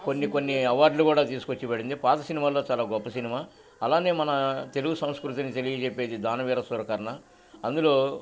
కొన్ని కొన్ని అవార్డులు కూడా తీసుకొచ్చి పెట్టింది పాత సినిమాల్లో చాలా గొప్ప సినిమా అలానే మన తెలుగు సంస్కృతిని తెలియజప్పేది దానివీర శూర కర్ణ అందులో